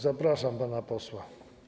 Zapraszam pana posła.